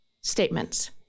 statements